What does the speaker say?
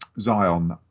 zion